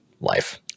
life